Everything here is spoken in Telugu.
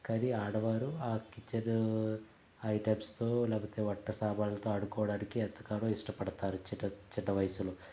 కానీ ఆడవారు ఆ కిచెను ఐటమ్స్తో లేకపోతే వంట సామానుతో ఆడుకోవడానికి ఎంతగానో ఇష్టపడతారు చిన చిన్న వయసులో